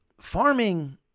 farming